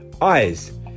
eyes